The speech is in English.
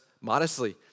modestly